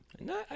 No